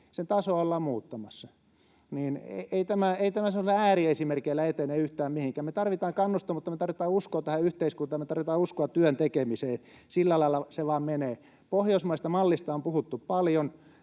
Sen tasoa ollaan muuttamassa. Ei tämä semmoisilla ääriesimerkeillä etene yhtään mihinkään. Me tarvitaan kannustavuutta, me tarvitaan uskoa tähän yhteiskuntaan, me tarvitaan uskoa työn tekemiseen. Sillä lailla se vain menee. Pohjoismaisesta mallista on puhuttu paljon.